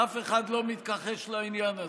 אף אחד לא מתכחש לעניין הזה.